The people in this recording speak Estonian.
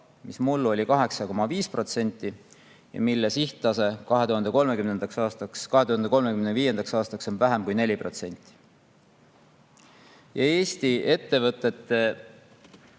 oli mullu 8,5% ja selle sihttase 2035. aastaks on vähem kui 4%. Eesti ettevõtete